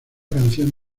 canción